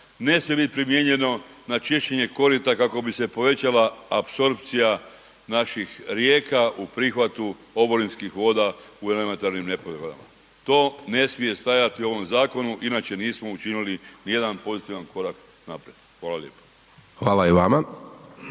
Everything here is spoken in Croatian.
ne smije biti primijenjeno na čišćenje korita kako bi se povećala apsorpcija naših rijeka u prihvatu oborinskih voda u elementarnim nepogodama. To ne smije stajati u ovom zakonu inače nismo učinili ni jedan pozitivan korak naprijed. Hvala lijepa. **Hajdaš